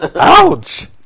Ouch